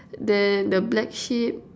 then the black sheep